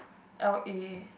L_A